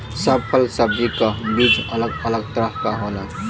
सब फल सब्जी क बीज अलग अलग तरह क होला